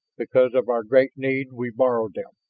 because of our great need we borrowed them,